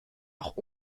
auch